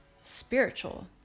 spiritual